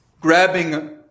grabbing